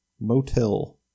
motel